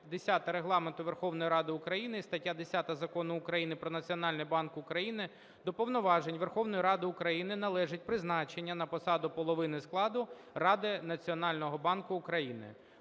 210 Регламенту Верховної Ради України і стаття 10 Закону України "Про Національний банк України": до повноважень Верховної Ради України належить призначення на посаду половини складу Ради Національного банку України.